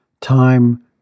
time